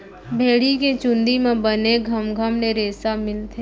भेड़ी के चूंदी म बने घमघम ले रेसा मिलथे